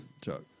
Chuck